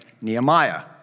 Nehemiah